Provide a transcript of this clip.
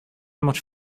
much